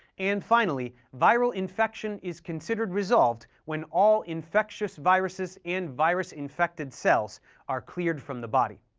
and finally, viral infection is considered resolved when all infectious viruses and virus-infected cells are cleared from the body.